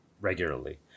regularly